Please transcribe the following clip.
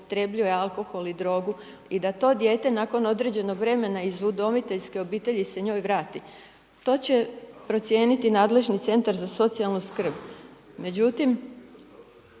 zloupotrebljuje alkohol i drogu, i da to dijete nakon određenom vremena iz udomiteljske obitelji, se njoj vrati, to će procijeniti nadležni Centar za socijalnu skrb. Međutim,